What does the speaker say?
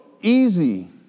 easy